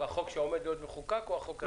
החוק שאמור להיות מחוקק או החוק הזה?